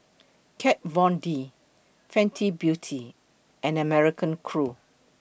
Kat Von D Fenty Beauty and American Crew